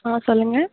ஆ சொல்லுங்கள்